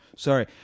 Sorry